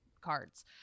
cards